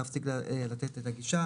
להפסיק לתת את הגישה.